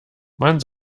man